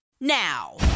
now